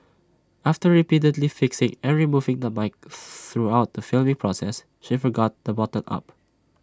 after repeatedly fixing and removing the mic throughout the filming process she forgot to button up